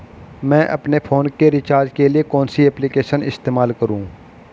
मैं अपने फोन के रिचार्ज के लिए कौन सी एप्लिकेशन इस्तेमाल करूँ?